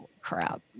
crap